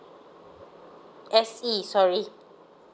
S_E sorry